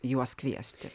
juos kviesti